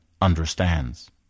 understands